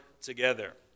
together